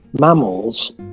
mammals